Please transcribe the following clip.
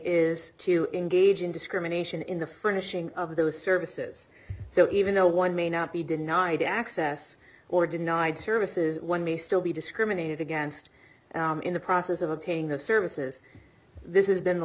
is to engage in discrimination in the furnishing of those services so even though one may not be denied access or denied services one may still be discriminated against in the process of obtaining the services this is been the